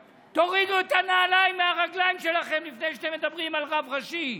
תורידו את הנעליים מהרגליים שלכם לפני שאתם מדברים על רב ראשי.